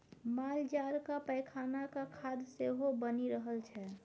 मालजालक पैखानाक खाद सेहो बनि रहल छै